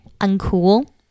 uncool